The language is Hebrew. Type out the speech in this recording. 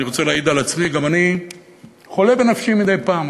אני רוצה להעיד על עצמי: גם אני חולה בנפשי מדי פעם.